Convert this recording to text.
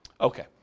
Okay